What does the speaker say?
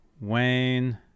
Wayne